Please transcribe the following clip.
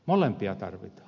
molempia tarvitaan